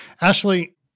Ashley